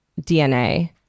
DNA